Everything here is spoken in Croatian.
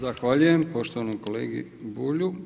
Zahvaljujem poštovanom kolegi Bulju.